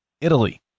Italy